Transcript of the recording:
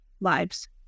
lives